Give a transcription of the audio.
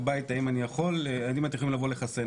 ובוודאי אם אנחנו מבינים שאנחנו לא רוצים